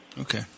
Okay